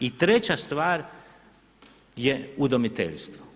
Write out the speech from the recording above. I treća stvar je udomiteljstvo.